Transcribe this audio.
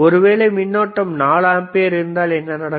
ஒருவேளை மின்னோட்டம் 4 ஆம்பியர் இருந்தால் என்ன நடக்கும்